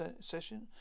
session